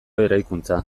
eraikuntza